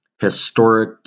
historic